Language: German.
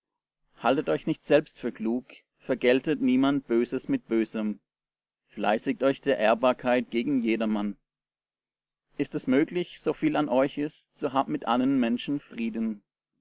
haltet euch nicht selbst für klug vergeltet niemand böses mit bösem fleißigt euch der ehrbarkeit gegen jedermann ist es möglich soviel an euch ist so habt mit allen menschen frieden